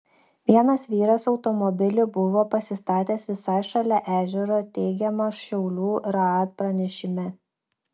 vienas vyras automobilį buvo pasistatęs visai šalia ežero teigiama šiaulių raad pranešime